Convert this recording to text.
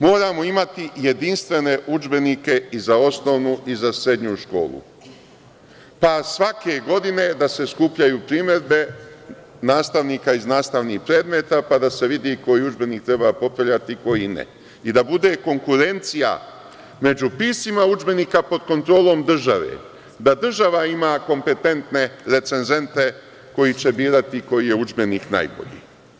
Moramo imati jedinstvene udžbenike i za osnovnu i za srednju školu, pa svake godine da se skupljaju primedbe nastavnika iz nastavnih predmeta, pa da se vidi koji udžbenik treba kupovati, a koji ne i da bude konkurencija među piscima udžbenika pod kontrolom države, da država ima kompetentne recenzente koji će birati koji je udžbenik najbolji.